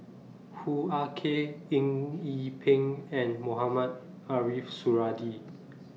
Hoo Ah Kay Eng Yee Peng and Mohamed Ariff Suradi